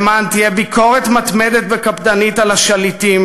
למען תהיה ביקורת מתמדת וקפדנית על השליטים,